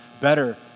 better